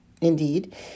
indeed